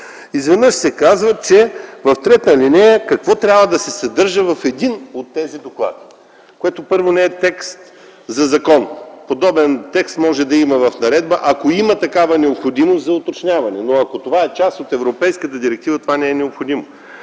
Изведнъж в ал. 3 се казва какво трябва да се съдържа в един от тези доклади, което не е текст за закон. Подобен текст може да има в наредба, ако има такава необходимост за уточняване, но ако това е част от европейската директива, то не е необходимо.